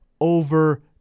over